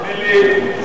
תאמין לי.